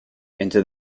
into